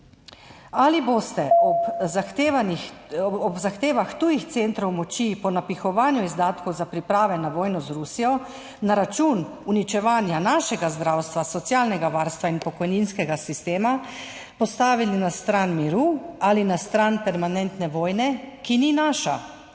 Ali se boste ob zahtevah tujih centrov moči po napihovanju izdatkov za priprave na vojno z Rusijo na račun uničevanja našega zdravstva, socialnega varstva in pokojninskega sistema postavili na stran miru ali na stran permanentne vojne, ki ni naša?